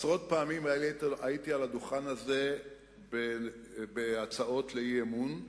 עשרות פעמים עליתי על הדוכן הזה בהצעות אי-אמון,